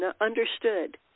understood